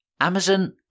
Amazon